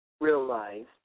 realized